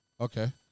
Okay